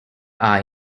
are